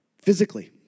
Physically